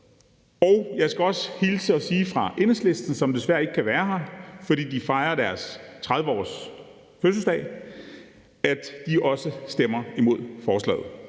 Jeg skal også hilse og sige fra Enhedslisten, som desværre ikke kan være her, fordi de fejrer deres 30-årsfødselsdag, at de også stemmer imod forslaget.